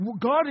God